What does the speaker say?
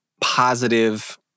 positive